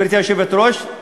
גברתי היושבת-ראש,